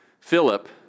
Philip